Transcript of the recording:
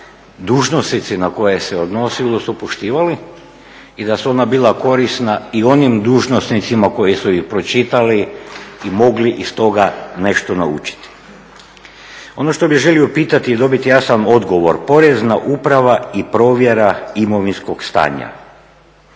dužnosnici na koje se odnosilo su poštivali i da su ona bila korisna i onim dužnosnicima koji su ih pročitali i mogli iz toga nešto naučiti. Ono što bih želio pitati i dobiti jasan odgovor, Porezna uprava i provjera imovinskog stanja.